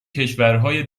کشورهای